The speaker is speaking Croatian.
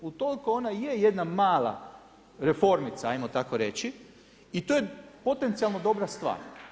Utoliko ona je jedna mala reformica ajmo tako reći i to je potencijalno dobra stvar.